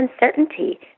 uncertainty